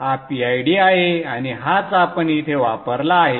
हा PID आहे आणि हाच आपण इथे वापरला आहे